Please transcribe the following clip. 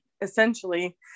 essentially